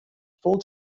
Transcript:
full